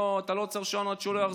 אתה לא צריך שעון עד שהוא לא יחזור.